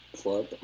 club